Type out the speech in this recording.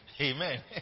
Amen